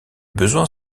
besoin